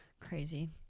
Crazy